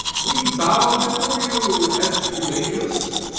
we bow before you, aesculapius!